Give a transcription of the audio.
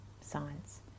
science